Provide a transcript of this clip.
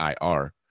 IR